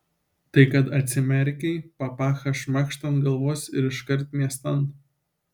tai kad atsimerkei papachą šmakšt ant galvos ir iškart miestan